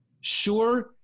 sure